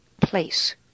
place